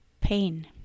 pain